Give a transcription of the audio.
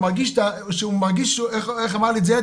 הוא מרגיש איך אמר לי את זה ילד,